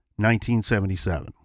1977